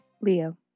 Leo